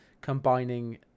combining